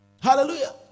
Hallelujah